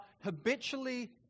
habitually